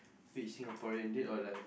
which Singaporean dead or alive